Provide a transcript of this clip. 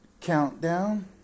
countdown